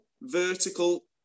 vertical